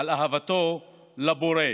על אהבתו לבורא